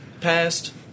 passed